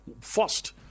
first